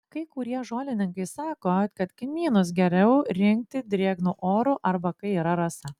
kai kurie žolininkai sako kad kmynus geriau rinkti drėgnu oru arba kai yra rasa